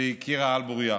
שהיא הכירה על בורייה.